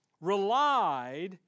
relied